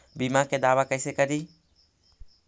बीमा के दावा कैसे करी?